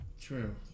True